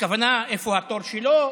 הכוונה איפה התור שלו,